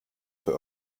für